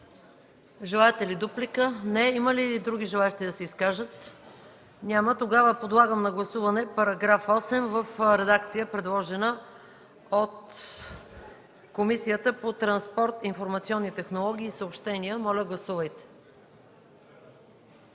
Желаете ли дуплика? Не. Има ли други желаещи да се изкажат? Няма. Подлагам на гласуване § 8 в редакцията, предложена от Комисията по транспорт, информационни технологии и съобщения. Моля, гласувайте.